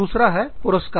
दूसरा है पुरस्कार